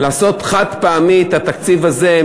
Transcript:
לעשות חד-פעמית את התקציב הזה,